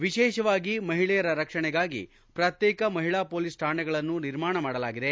ವಿಶೇಷವಾಗಿ ಮಹಿಳೆಯರ ರಕ್ಷಣೆಗಾಗಿ ಪ್ರತ್ಯೇಕ ಮಹಿಳಾ ಪೊಲೀಸ್ ಠಾಣೆಗಳನ್ನು ನಿರ್ಮಾಣ ಮಾಡಲಾಗಿದೆ